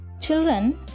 children